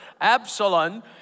Absalom